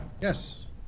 Yes